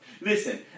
Listen